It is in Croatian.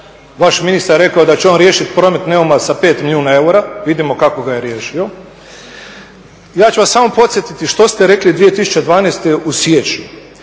vaš ministar je rekao da će on riješiti promet Neuma sa 5 milijuna eura, vidimo kako ga je riješio. Ja ću vas samo podsjetiti što ste rekli 2012. u siječnju.